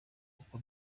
uko